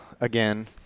Again